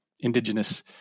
Indigenous